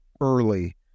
early